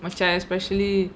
macam especially